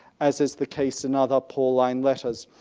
as is the case in other pauline letters,